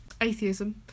atheism